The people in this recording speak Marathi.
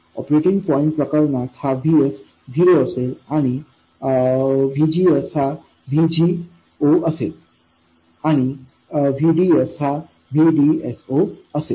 ऑपरेटिंग पॉईंट प्रकरणात हा VS झिरो असेल आणि VGS हा VGS0असेल आणि VDS हा VDS0 असेल